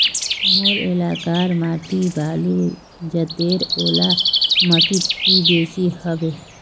मोर एलाकार माटी बालू जतेर ओ ला माटित की बेसी हबे?